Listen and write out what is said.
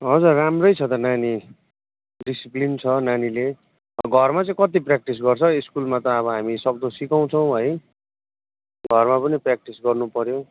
हजुर राम्रै छ त नानी डिसिप्लिन छ नानीले घरमा चाहिँ कति प्र्याक्टिस गर्छ स्कुलमा त अब हामी सक्दो सिकाउँछौँ है घरमा पनि प्र्याक्टिस गर्नु पऱ्यो